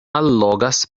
allogas